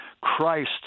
Christ